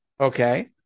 Okay